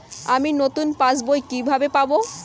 আমি নতুন পাস বই কিভাবে পাব?